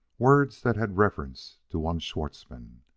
words that had reference to one schwartzmann.